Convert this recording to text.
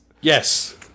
Yes